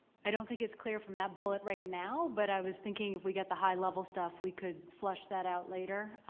i don't think it's clear from that bullet right now, but i was thinking if we get the high level stuff we could flush that out later.